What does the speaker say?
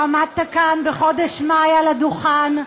עמדת כאן בחודש מאי על הדוכן,